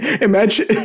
Imagine